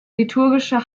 liturgische